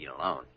alone